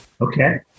Okay